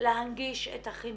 אני מוכנה להמשיך את כל